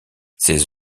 ses